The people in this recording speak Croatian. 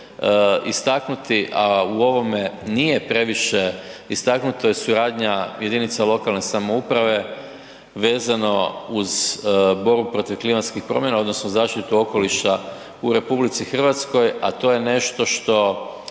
istaknuti, a u ovome nije previše istaknuto je suradnja jedinica lokalne samouprave vezano uz borbu protiv klimatskih promjena odnosno zaštitu okoliša u RH, a to je nešto što